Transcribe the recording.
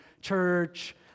church